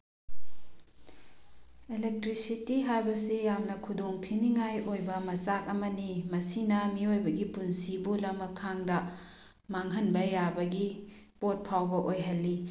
electricity ꯍꯥꯏꯕꯁꯤ ꯌꯥꯝꯅ ꯈꯨꯗꯣꯡ ꯊꯤꯅꯤꯡꯉꯥꯏ ꯑꯣꯏꯕ ꯃꯆꯥꯛ ꯑꯃꯅꯤ ꯃꯁꯤꯅ ꯃꯤꯑꯣꯏꯕꯒꯤ ꯄꯨꯟꯁꯤꯕꯨ ꯂꯃꯈꯥꯡꯗ ꯃꯥꯡꯍꯟꯕ ꯌꯥꯕꯒꯤ ꯄꯣꯠ ꯐꯥꯎꯕ ꯑꯣꯏꯍꯜꯂꯤ